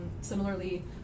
Similarly